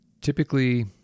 typically